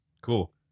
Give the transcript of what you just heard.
cool